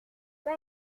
pas